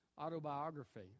autobiography